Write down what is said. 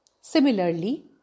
Similarly